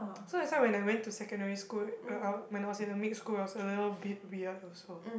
so that's why when I went to secondary school uh uh when I was in a mixed school I was a little bit weird also